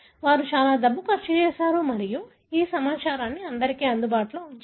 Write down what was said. వారు చాలా డబ్బు ఖర్చు చేశారు మరియు ఈ సమాచారాన్ని అందరికీ అందుబాటులో ఉంచారు